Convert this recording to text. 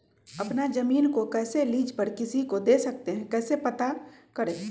अपना जमीन को कैसे लीज पर किसी को दे सकते है कैसे पता करें?